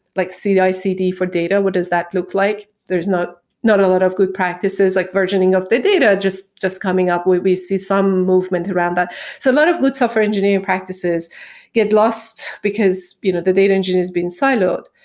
like like cicd for data, what does that look like? there's not not a lot of good practices. like versioning of the data just just coming up. we we see some movement around that. so a lot of good software engineering practices get lost because you know the data engineer is being siloed.